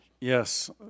Yes